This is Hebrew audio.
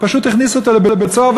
פשוט הכניסו אותו לבית-סוהר,